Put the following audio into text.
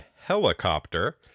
Helicopter